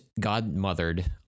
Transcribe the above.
Godmothered